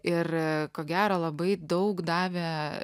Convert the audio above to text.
ir ko gero labai daug davė